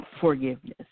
forgiveness